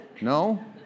No